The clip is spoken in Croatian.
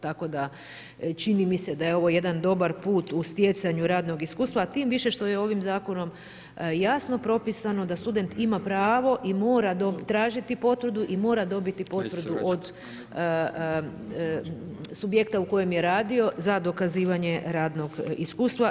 Tako da čini mi se da je ovo jedan dobar put u stjecanju radnog iskustva, a tim više što je ovim zakonom jasno propisano da student ima pravo i mora tražiti potvrdu i mora dobiti potvrdu od subjekta o kojem je radio za dokazivanje radnog iskustva.